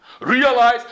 Realize